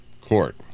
court